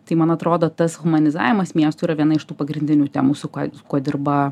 tai man atrodo tas humanizavimas miestų yra viena iš tų pagrindinių temų su kuo dirba